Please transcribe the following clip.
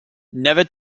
never